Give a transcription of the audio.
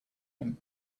him